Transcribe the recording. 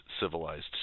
civilized